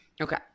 Okay